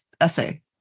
essay